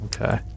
Okay